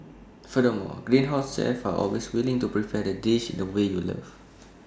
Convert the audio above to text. furthermore Greenhouse's chefs are always willing to prepare the dish in the way you love